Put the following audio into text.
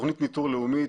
תכנית ניטור לאומית,